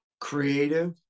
creative